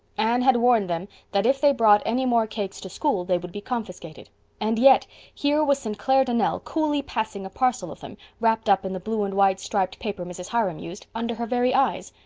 anne had warned them that if they brought any more cakes to school they would be confiscated and yet here was st. clair donnell coolly passing a parcel of them, wrapped up in the blue and white striped paper mrs. hiram used, under her very eyes.